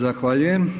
Zahvaljujem.